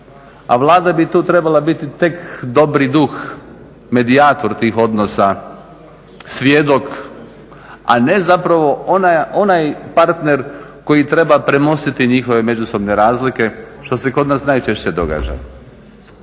a Vlada bi tu trebala biti tek dobri duh, medijator tih odnosa, svjedok, a ne zapravo onaj partner koji treba premostiti njihove međusobne razlike, što se kod nas najčešće događa.